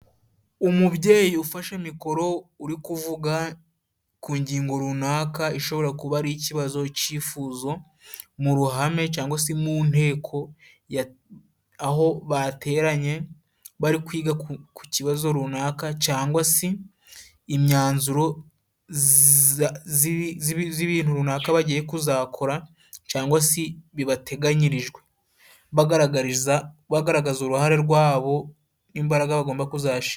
Umubyeyi ufashe mikoro uri kuvuga ku ngingo runaka ishobora kuba ari ikibazo icyifuzo mu ruhame cyangwa si mu nteko, aho bateranye bari kwiga ku kibazo runaka cangwa si imyanzuro z'ibintu runaka bagiye kuzakora, cangwa si bibateganyirijwe bagaragaza uruhare rwabo imbaraga bagomba kuzashi.